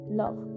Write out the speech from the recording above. love